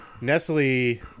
Nestle